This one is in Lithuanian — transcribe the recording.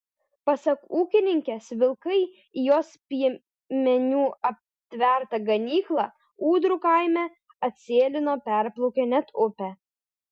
pasak ūkininkės vilkai į jos piemeniu aptvertą ganyklą ūdrų kaime atsėlino perplaukę net upę